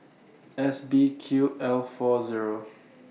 S B Q L four Zero